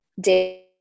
day